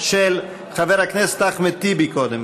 של חבר הכנסת אחמד טיבי, קודם.